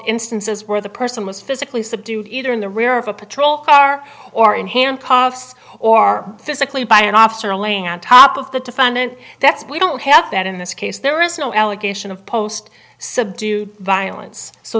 instances where the person was physically subdued either in the rear of a patrol car or in handcuffs or physically by an officer laying on top of the defendant that's we don't have that in this case there is no allegation of post subdued violence so